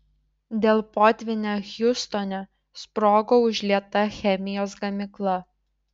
dėl potvynio hjustone sprogo užlieta chemijos gamykla